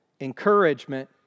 encouragement